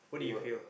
what do you feel